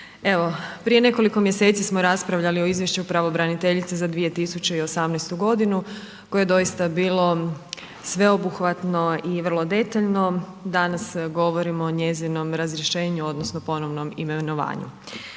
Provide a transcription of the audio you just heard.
prije nekoliko mjeseci smo raspravljali o izvješću pravobraniteljice za 2018.g. koje je doista bilo sveobuhvatno i vrlo detaljno, danas govorimo o njezinom razrješenju odnosno ponovnom imenovanju.